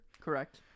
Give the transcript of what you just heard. Correct